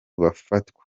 bafatwa